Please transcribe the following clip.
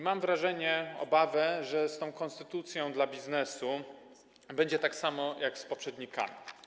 Mam wrażenie, obawę, że z tą konstytucją dla biznesu będzie tak samo jak z poprzednimi.